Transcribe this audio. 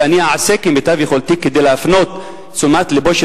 ואני אעשה כמיטב יכולתי כדי להפנות את תשומת לבם של